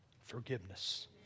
forgiveness